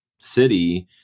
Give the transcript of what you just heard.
city